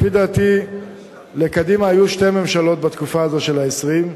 לפי דעתי לקדימה היו שתי ממשלות בתקופה הזו של ה-20,